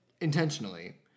intentionally